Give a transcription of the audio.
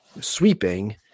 sweeping